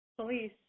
police